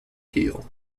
heal